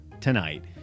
tonight